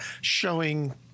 showing